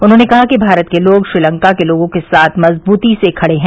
उन्होंने कहा कि भारत के लोग श्रीलंका के लोगों के साथ मजबूती से खड़े हैं